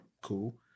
Cool